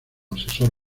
asesor